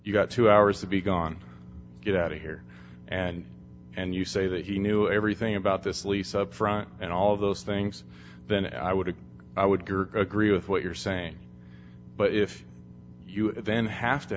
got two hours to be gone get out of here and and you say that he knew everything about this lease up front and all of those things then i would have i would agree with what you're saying but if you then have to